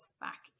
back